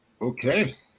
Okay